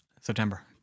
September